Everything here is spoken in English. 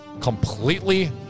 completely